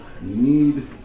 need